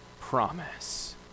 promise